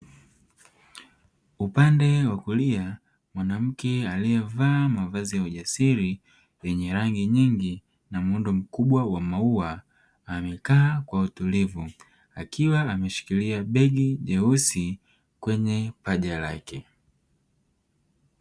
Upande wa kulia, mwanamke aliyevaa mavazi ya ujasiri yenye rangi nyingi na muundo mkubwa wa maua amekaa kwa utulivu akiwa ameshikilia begi jeusi kwenye paja lake.